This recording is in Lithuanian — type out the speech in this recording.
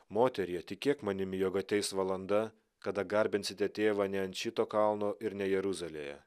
moterie tikėk manimi jog ateis valanda kada garbinsite tėvą ne ant šito kalno ir ne jeruzalėje